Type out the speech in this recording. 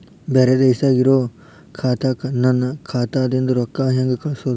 ಬ್ಯಾರೆ ದೇಶದಾಗ ಇರೋ ಖಾತಾಕ್ಕ ನನ್ನ ಖಾತಾದಿಂದ ರೊಕ್ಕ ಹೆಂಗ್ ಕಳಸೋದು?